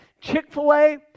Chick-fil-A